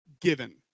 given